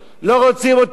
לא בעבודה,